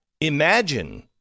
Imagine